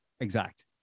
exact